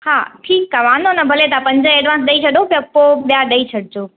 हा ठीकु आहे वांदो न भले तव्हां पंज एडवांस ॾई छॾियो त पोइ ॿिया ॾई छॾिजो